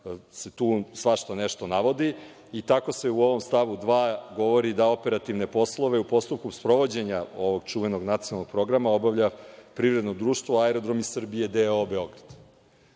se tu svašta nešto navodi i tako se u ovom stavu 2. govori da operativne poslove u postupku sprovođenja, ovog čuvenog nacionalnog programa, obavlja privredno društvo „Aerodromi Srbije“ d.o.o.